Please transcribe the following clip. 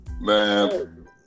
man